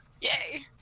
Yay